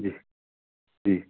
ਜੀ ਜੀ